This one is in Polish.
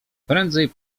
prędzej